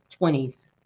20s